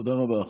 תודה רבה.